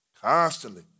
Constantly